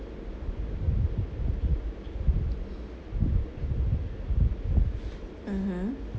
mmhmm